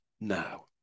now